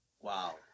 Wow